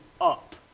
up